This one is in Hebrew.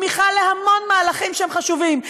תמיכה להמון מהלכים שהם חשובים,